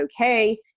okay